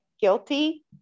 guilty